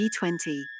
G20